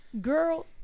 girl